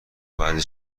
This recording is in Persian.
بعضی